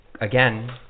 again